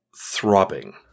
throbbing